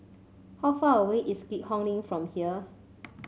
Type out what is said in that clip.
how far away is Keat Hong Link from here